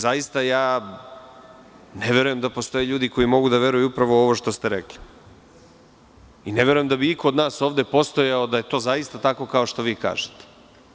Zaista, ja ne verujem da postoje ljudi koji mogu da veruju upravo ovo što ste rekli i ne verujem da bi iko od nas ovde postojao da je to zaista tako kao što vi kažete.